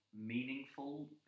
meaningful